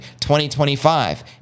2025